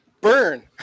burn